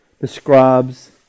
describes